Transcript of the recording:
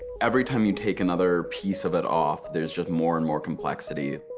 every time you take another piece of it off, there's just more and more complexity.